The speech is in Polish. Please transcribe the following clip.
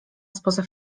spoza